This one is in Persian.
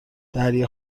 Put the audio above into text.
دریا